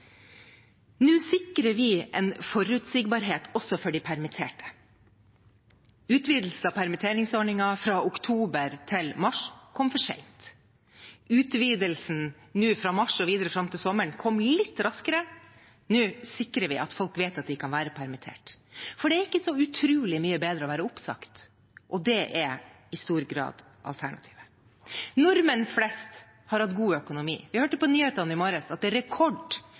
Nå sikrer vi en forutsigbarhet også for de permitterte. Utvidelsen av permitteringsordningen fra oktober til mars kom for sent. Utvidelsen nå, fra mars og videre fram til sommeren, kom litt raskere. Nå sikrer vi at folk vet at de kan være permittert. For det er ikke så utrolig mye bedre å være oppsagt, og det er i stor grad alternativet. Nordmenn flest har hatt god økonomi. Vi hørte på nyhetene i morges at det er rekord